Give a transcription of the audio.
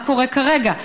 מה קורה כרגע?